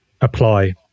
apply